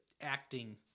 acting